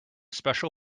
special